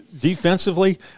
defensively –